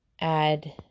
add